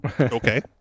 Okay